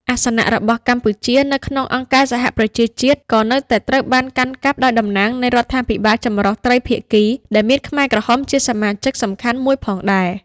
អាសនៈរបស់កម្ពុជានៅក្នុងអង្គការសហប្រជាជាតិ ក៏នៅតែត្រូវបានកាន់កាប់ដោយតំណាងនៃរដ្ឋាភិបាលចម្រុះត្រីភាគី ដែលមានខ្មែរក្រហមជាសមាជិកសំខាន់មួយផងដែរ។